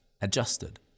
adjusted